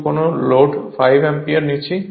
কিন্তু কোনো লোডে 5 অ্যাম্পিয়ার নিচ্ছে